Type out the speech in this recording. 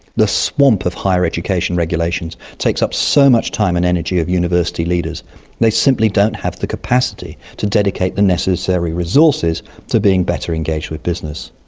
the swamp of higher education regulations takes up so much time and energy of university leaders they simply don't have the capacity to dedicate the necessary resources to being better engaged with business.